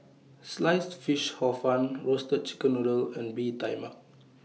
Sliced Fish Hor Fun Roasted Chicken Noodle and Bee Tai Mak